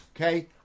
Okay